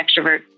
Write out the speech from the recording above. extrovert